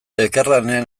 elkarlanean